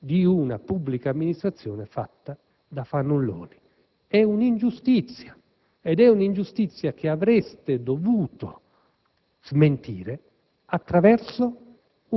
cioè che ci troviamo al cospetto di una pubblica amministrazione composta da fannulloni. Questa è un'ingiustizia, ed è un ingiustizia che avreste dovuto